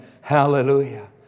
Hallelujah